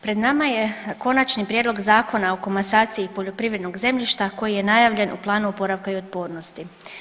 Pred nama je Konačni prijedlog Zakona o komasaciji poljoprivrednog zemljišta koji je najavljen u planu oporavka i otpornosti.